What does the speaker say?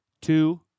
two